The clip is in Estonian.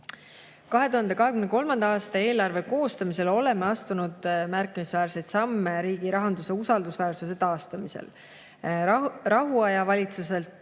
2023. aasta eelarve koostamisel oleme astunud märkimisväärseid samme riigi rahanduse usaldusväärsuse taastamisel. Rahuaja valitsuselt